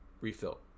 refill